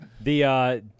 The-